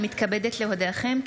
אני מתכבדת להודיעכם,